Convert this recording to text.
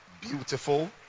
Beautiful